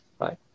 right